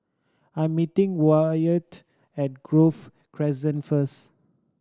I'm meeting Wyatt at Grove Crescent first